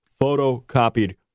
photocopied